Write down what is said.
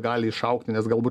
gali išaugti nes galbūt